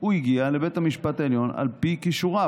הוא הגיע לבית המשפט העליון על פי כישוריו.